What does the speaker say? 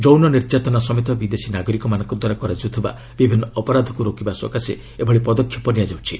ଯୌନ ନିର୍ଯାତନା ସମେତ ବିଦେଶୀ ନାଗରିକମାନଙ୍କ ଦ୍ୱାରା କରାଯାଉଥିବା ବିଭିନ୍ନ ଅପରାଧକୁ ରୋକିବା ସକାଶେ ଏଭଳି ପଦକ୍ଷେପ ନିଆଯାଉଛି